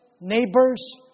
neighbors